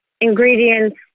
ingredients